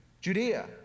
Judea